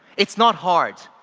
it's not hard,